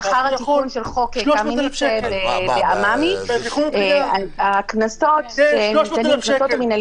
לאחר התיקון של חוק קמיניץ בממ"י הקנסות המינהליים